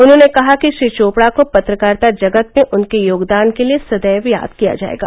उन्होंने कहा कि श्री चोपड़ा को पत्रकारिता जगत में उनके योगदान के लिये सदैव याद किया जायेगा